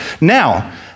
Now